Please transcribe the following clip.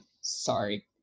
Sorry